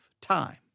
time